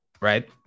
right